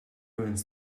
ruins